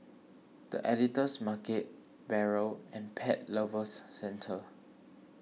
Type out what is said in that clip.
the Editor's Market Barrel and Pet Lovers Centre